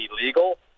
illegal